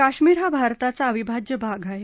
काश्मीर हा भारताचा अविभाज्य भाग आह